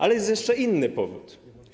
Ale jest jeszcze inny powód.